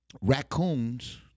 raccoons